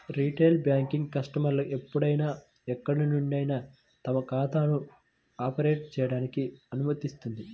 retail banking కస్టమర్లు ఎప్పుడైనా ఎక్కడి నుండైనా తమ ఖాతాలను ఆపరేట్ చేయడానికి అనుమతిస్తుంది